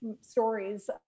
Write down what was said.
stories